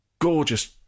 gorgeous